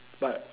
but